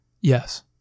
Yes